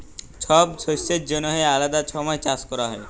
ছব শস্যের জ্যনহে আলেদা ছময় চাষ ক্যরা হ্যয়